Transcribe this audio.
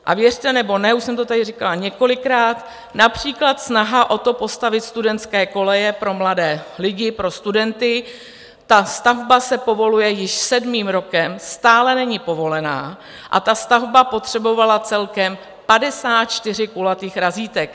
A věřte nebo ne, už jsem to tady říkala několikrát, například snaha o to, postavit studentské koleje pro mladé lidi, pro studenty, ta stavba se povoluje již sedmým rokem, stále není povolená, a ta stavba potřebovala celkem 54 kulatých razítek.